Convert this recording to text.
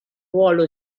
ruolo